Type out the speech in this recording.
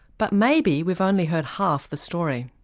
but maybe we've only heard half the story.